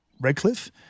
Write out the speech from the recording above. Redcliffe